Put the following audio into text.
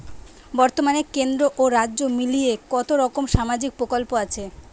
বতর্মানে কেন্দ্র ও রাজ্য মিলিয়ে কতরকম সামাজিক প্রকল্প আছে?